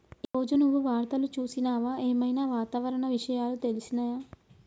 ఈ రోజు నువ్వు వార్తలు చూసినవా? ఏం ఐనా వాతావరణ విషయాలు తెలిసినయా?